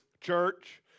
church